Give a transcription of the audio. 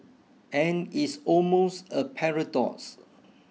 and it's almost a paradox